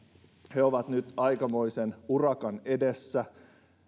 he ovat nyt aikamoisen urakan edessä